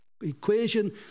equation